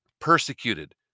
Persecuted